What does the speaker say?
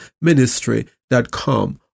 ministry.com